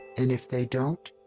and if they don't,